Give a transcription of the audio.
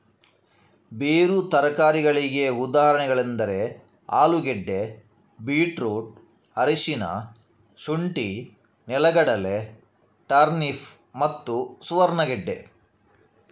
ಬೇರು ತರಕಾರಿಗಳಿಗೆ ಉದಾಹರಣೆಗಳೆಂದರೆ ಆಲೂಗೆಡ್ಡೆ, ಬೀಟ್ರೂಟ್, ಅರಿಶಿನ, ಶುಂಠಿ, ನೆಲಗಡಲೆ, ಟರ್ನಿಪ್ ಮತ್ತು ಸುವರ್ಣಗೆಡ್ಡೆ